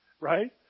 right